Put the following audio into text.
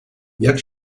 jak